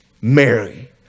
Mary